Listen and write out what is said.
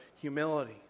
humility